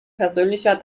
persönlicher